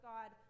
God